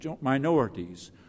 minorities